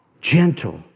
Gentle